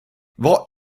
vad